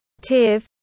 Tiv